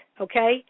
okay